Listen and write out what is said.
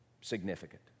significant